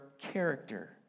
character